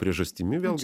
priežastimi vėlgi